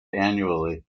annually